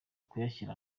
kuyashyira